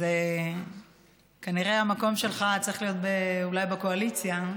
אז כנראה המקום שלך צריך להיות אולי בקואליציה,